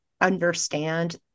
understand